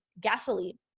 gasoline